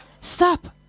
Stop